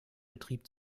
betrieb